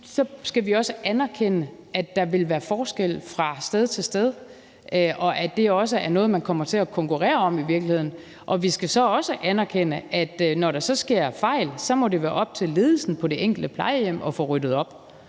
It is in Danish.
at vi også skal anerkende, at der vil være forskel fra sted til sted, og at det i virkeligheden også er noget, man kommer til at konkurrere om. Vi skal så også anerkende, at det, når der så sker fejl, så må være op til ledelsen på det enkelte plejehjem at få ryddet op